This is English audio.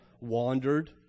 wandered